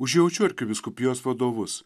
užjaučiu arkivyskupijos vadovus